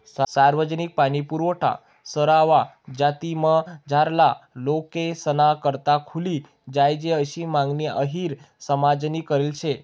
सार्वजनिक पाणीपुरवठा सरवा जातीमझारला लोकेसना करता खुली जोयजे आशी मागणी अहिर समाजनी करेल शे